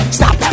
Stop